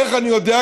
איך אני יודע?